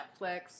Netflix